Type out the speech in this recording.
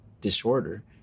disorder